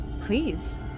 please